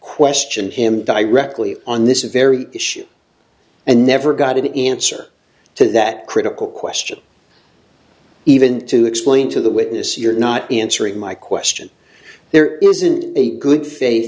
question him directly on this very issue and never got an answer to that critical question even to explain to the witness you're not answering my question there isn't a good faith